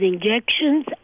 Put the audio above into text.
injections